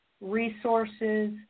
resources